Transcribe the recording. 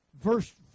Verse